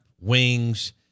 wings